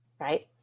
Right